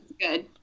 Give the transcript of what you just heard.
good